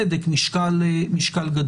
בצדק, משקל גדול.